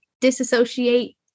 disassociate